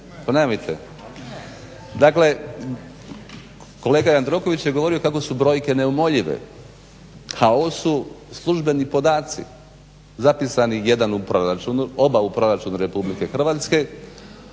Pa nemojte. Dakle, kolega Jandroković je govorio kako su brojke neumoljive, a ovo su službeni podaci zapisani jedan u proračunu, oba